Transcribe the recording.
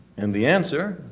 and the answer,